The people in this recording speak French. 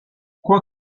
quoi